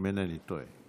אם אינני טועה.